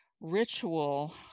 ritual